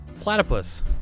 Platypus